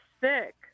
sick